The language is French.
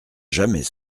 jamais